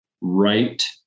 right